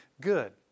good